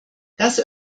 das